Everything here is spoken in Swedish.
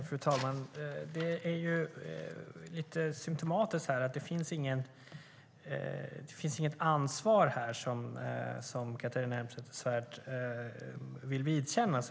Fru talman! Det är lite symtomatiskt att det inte finns något ansvar som Catharina Elmsäter-Svärd vill vidkännas.